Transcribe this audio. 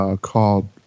called